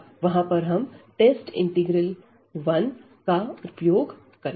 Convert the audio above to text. वहां पर हम test integral - I test integral - I का उपयोग करेंगे